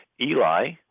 Eli